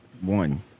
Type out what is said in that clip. one